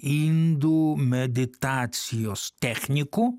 indų meditacijos technikų